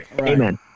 Amen